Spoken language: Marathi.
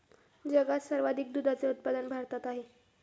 जगात सर्वाधिक दुधाचे उत्पादन भारतात आहे